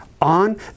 on